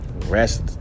Rest